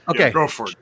Okay